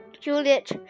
Juliet